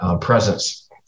presence